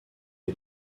est